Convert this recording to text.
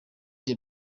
the